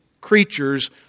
creatures